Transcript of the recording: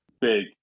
big